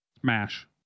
Smash